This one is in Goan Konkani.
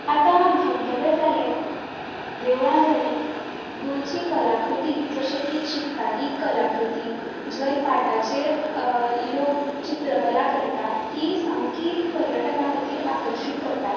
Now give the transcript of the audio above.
आतां धबधबे जाले देवळां जालीं गोंयची कलाकृती जशे की चिकतारी कलाकृती जंय पाटाचेर लोक चित्रकला करतात ती सामकी पर्यटकां खातीर आकर्शीत करता